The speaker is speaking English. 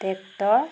tractor